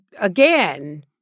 again